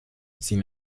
sin